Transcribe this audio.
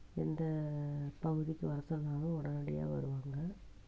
எந்த பகுதிக்கு வர சொன்னாலும் உடனடியா வருவாங்க